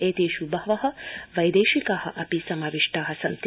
एतेषु बहव वैदेशिका अपि समाविष्टा सन्ति